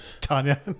Tanya